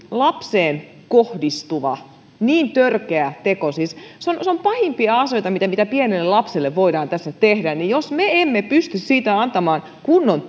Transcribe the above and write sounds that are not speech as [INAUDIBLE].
lapseen kohdistuva teko on oikeasti pahimpia asioita mitä pienelle lapselle voidaan tehdä joten jos me emme pysty siitä antamaan kunnon [UNINTELLIGIBLE]